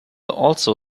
also